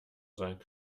sein